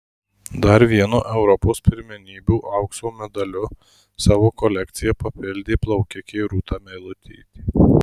dar vienu europos pirmenybių aukso medaliu savo kolekciją papildė plaukikė rūta meilutytė